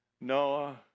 Noah